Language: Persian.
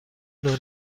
نوع